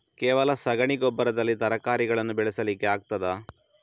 ಕೇವಲ ಸಗಣಿ ಗೊಬ್ಬರದಲ್ಲಿ ತರಕಾರಿಗಳನ್ನು ಬೆಳೆಸಲಿಕ್ಕೆ ಆಗ್ತದಾ?